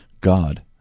God